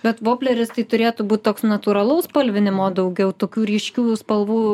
bet vobleris tai turėtų būt toks natūralaus spalvinimo daugiau tokių ryškių spalvų